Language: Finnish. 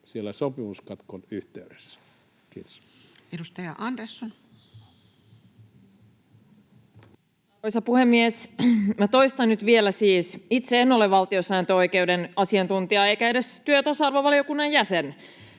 siellä sopimuskatkon yhteydessä. — Kiitos. Edustaja Andersson. Arvoisa puhemies! Minä toistan nyt vielä: itse en ole valtiosääntöoikeuden asiantuntija, enkä edes työ- ja tasa-arvovaliokunnan jäsen,